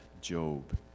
Job